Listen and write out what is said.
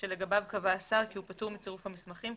שלגביו קבע השר כי הוא פטור מצירוף המסמכים,